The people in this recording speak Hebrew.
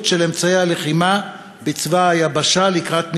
של אמצעי הלחימה בצבא היבשה לקראת מלחמה.